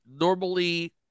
normally